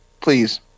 please